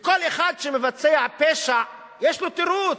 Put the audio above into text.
וכל אחד שמבצע פשע יש לו תירוץ.